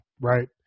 right